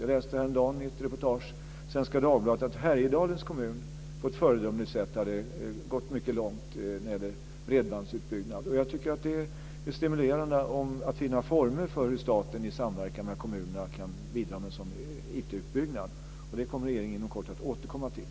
Jag läste häromdagen i ett reportage i Svenska Dagbladet att Härjedalens kommun på ett föredömligt sätt har gått mycket långt när det gäller bredbandsutbyggnad. Jag tycker att det är stimulerande att finna former för hur staten i samverkan med kommunerna kan bidra till en sådan IT-utbyggnad. Det kommer regeringen inom kort att återkomma till.